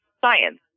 science